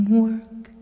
work